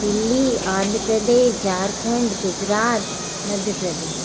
Delhi Andhra Pradesh Jharkhand Gujarat Madhya Pradesh